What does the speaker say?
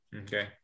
okay